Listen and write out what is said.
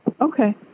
Okay